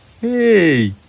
Hey